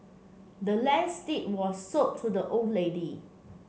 the land's deed was sold to the old lady